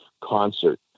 concert